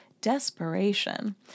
Desperation